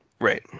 Right